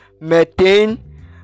methane